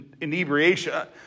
inebriation